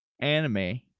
anime